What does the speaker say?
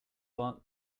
lot